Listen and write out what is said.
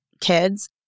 kids